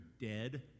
dead